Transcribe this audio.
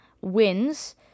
wins